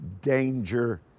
danger